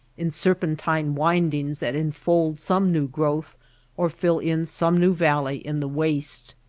in serpentine windings that enfold some new growth or fill in some new valley in the waste.